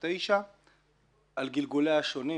979 על גלגוליה השונים,